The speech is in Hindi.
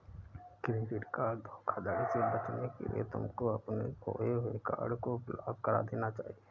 क्रेडिट कार्ड धोखाधड़ी से बचने के लिए तुमको अपने खोए हुए कार्ड को ब्लॉक करा देना चाहिए